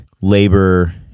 labor